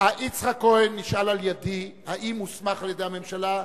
יצחק כהן נשאל על-ידי האם הוסמך על-ידי הממשלה,